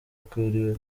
akuriwe